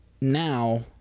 now